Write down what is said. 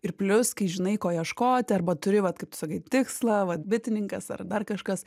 ir plius kai žinai ko ieškoti arba turi vat kaip tu sakai tikslą vat bitininkas ar dar kažkas